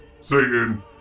satan